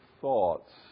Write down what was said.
thoughts